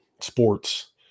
sports